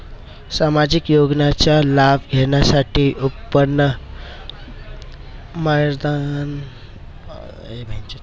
सामाजिक योजनांचा लाभ घेण्यासाठी उत्पन्न मर्यादा असते का?